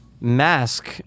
Mask